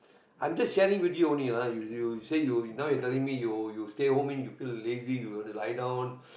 I'm just sharing with you only lah you say now you're telling me you you stay home and you feel lazy you only lie down